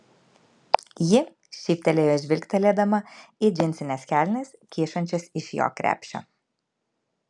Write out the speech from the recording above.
ji šyptelėjo žvilgtelėdama į džinsines kelnes kyšančias iš jo krepšio